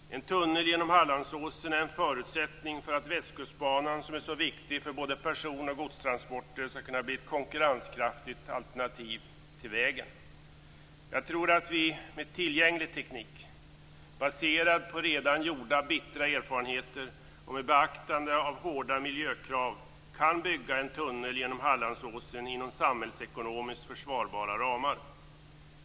En tunnel genom Hallandsåsen är en förutsättning för att Västkustbanan, som är så viktig för både person och godstransporter, skall kunna blir ett konkurrenskraftigt alternativ till vägen. Jag tror att vi med tillgänglig teknik baserad på redan gjorda bittra erfarenheter och med beaktande av hårda miljökrav kan bygga en tunnel genom Hallandsåsen inom samhällsekonomiskt försvarbara ramar.